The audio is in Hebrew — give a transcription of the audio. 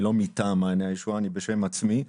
אני לא מטעם מעייני הישועה אלא אני בשם עצמי.